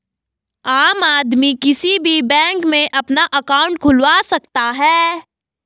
आम आदमी किसी भी बैंक में अपना अंकाउट खुलवा सकता है